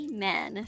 Amen